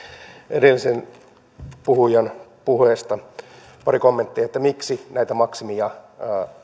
edellisen puhujan puheesta pari kommenttia miksi näitä maksimeja